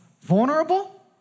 vulnerable